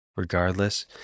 Regardless